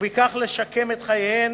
ובכך לשקם את חייהן